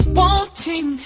wanting